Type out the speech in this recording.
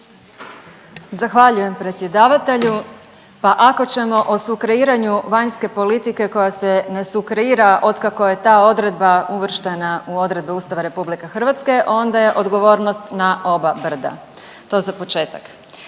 Zahvaljujem predsjedavatelju. Pa ako ćemo o sukreiranju vanjske politike koja se ne sukreira otkako je ta odredba uvrštena u odredbe Ustava RH onda je odgovornost na oba brda, to za početak.